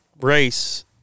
race